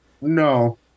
No